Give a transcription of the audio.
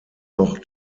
noch